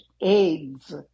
AIDS